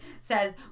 says